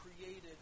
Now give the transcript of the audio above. created